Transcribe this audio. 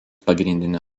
pagrindinė